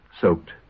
soaked